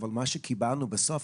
אבל מה שקיבלנו בסוף,